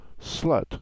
slut